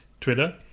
Twitter